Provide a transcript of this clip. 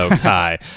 Hi